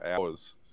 hours